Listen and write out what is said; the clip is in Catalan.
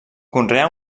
conreà